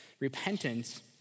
Repentance